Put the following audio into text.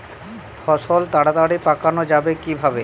ফসল তাড়াতাড়ি পাকানো যাবে কিভাবে?